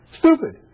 stupid